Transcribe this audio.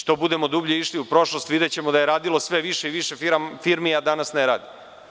Što budemo dublje išli u prošlost videćemo da je radilo sve više i više firmi, a danas ne radi.